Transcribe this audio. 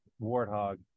warthog